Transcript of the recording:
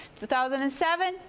2007